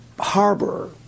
harbor